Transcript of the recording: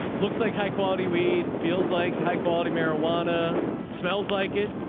looks like high quality. weed feels like high quality marijuana smells like it,